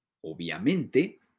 obviamente